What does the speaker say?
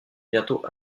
bientôt